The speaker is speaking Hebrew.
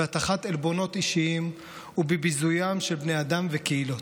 בהטחת עלבונות אישיים ובביזויים של בני האדם וקהילות.